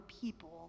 people